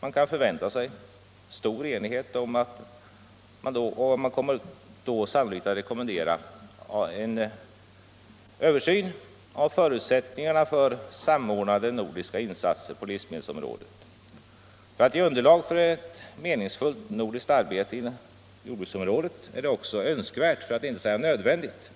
Stor enighet kan förväntas, och man kommer då sannolikt att rekommendera en översyn av förutsättningarna för samordnade nordiska insatser på livsmedelsområdet. För att ge underlag för ett meningsfullt nordiskt arbete inom jordbruksområdet är det också önskvärt, för att inte säga nödvändigt,